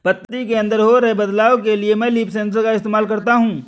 पत्ती के अंदर हो रहे बदलाव के लिए मैं लीफ सेंसर का इस्तेमाल करता हूँ